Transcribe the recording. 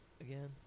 again